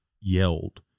yelled